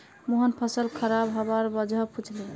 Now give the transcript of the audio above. मोहन फसल खराब हबार वजह पुछले